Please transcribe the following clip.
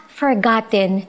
forgotten